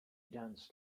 danced